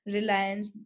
Reliance